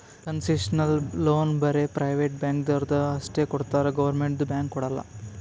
concessional loan ಬರೇ private ಬ್ಯಾಂಕ್ದವ್ರು ಅಷ್ಟೇ ಕೊಡ್ತಾರ್ ಗೌರ್ಮೆಂಟ್ದು ಬ್ಯಾಂಕ್ ಕೊಡಲ್ಲ